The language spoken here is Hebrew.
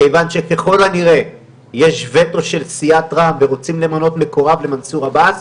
כיוון שככל הנראה יש וטו של סיעת רע"מ ורוצים למנות מקורב למנסור עבאס,